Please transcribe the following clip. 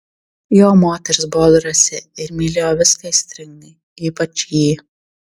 jo moteris buvo drąsi ir mylėjo viską aistringai ypač jį